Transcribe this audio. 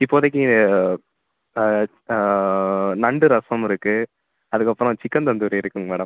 இப்போதைக்கு நண்டு ரசம் இருக்குது அதுக்கப்புறம் சிக்கன் தந்தூரி இருக்குங்க மேடம்